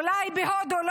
אולי בהודו.